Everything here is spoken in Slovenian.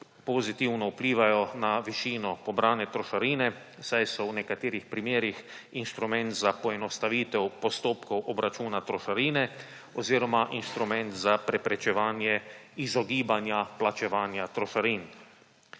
pozitivno vplivajo na višino pobrane trošarine, saj so v nekaterih primerih inštrument za poenostavitev postopkov obračuna trošarine oziroma inštrument za preprečevanje izogibanja plačevanja trošarin.